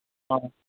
ꯑꯥ